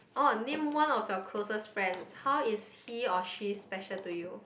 oh name one of your closest friend how is he or she special to you